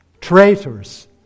traitors